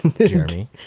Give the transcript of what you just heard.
Jeremy